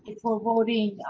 for voting?